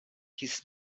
his